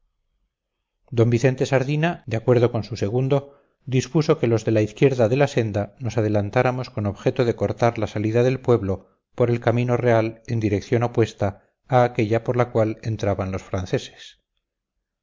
d vicente sardina de acuerdo con su segundo dispuso que los de la izquierda de la senda nos adelantáramos con objeto de cortar la salida del pueblo por el camino real en dirección opuesta a aquella por la cual entraban los franceses